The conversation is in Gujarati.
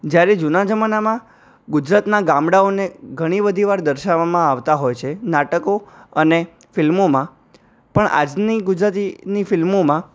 જ્યારે જૂના જમાનામાં ગુજરાતનાં ગામડાઓને ઘણી બધી વાર દર્શાવવામાં આવતાં હોય છે નાટકો અને ફિલ્મોમાં પણ આજની ગુજરાતીની ફિલ્મોમાં